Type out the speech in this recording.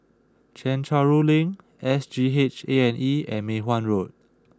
Chencharu Link S G H A and E and Mei Hwan Road